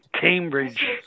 Cambridge